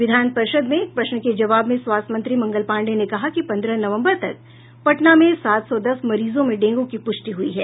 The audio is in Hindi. विधान परिषद् में एक प्रश्न के जवाब में स्वास्थ्य मंत्री मंगल पांडेय ने कहा कि पन्द्रह नवम्बर तक पटना में सात सौ दस मरीजों में डेंगू की पुष्टि हुई है